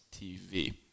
TV